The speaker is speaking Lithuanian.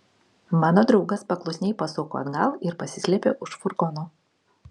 mano draugas paklusniai pasuko atgal ir pasislėpė už furgono